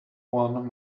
won